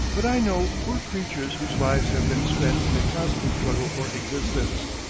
but i know poor creatures whose lives have been spent in a constant struggle for existence.